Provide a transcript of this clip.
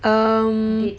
um